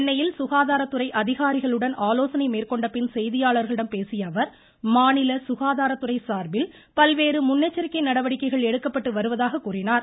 சென்னையில் சுகாதாரத்துறை அதிகாரிகளுடன் ஆலோசனை மேற்கொண்ட பின் செய்தியாளர்களிடம் பேசிய அவர் மாநில சுகாதாரத்துறை சார்பில் பல்வேறு முன்னெச்சரிக்கை நடவடிக்கைகள் எடுக்கப்பட்டு வருவதாக கூறினார்